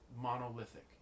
monolithic